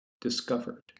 discovered